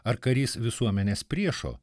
ar karys visuomenės priešo